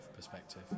perspective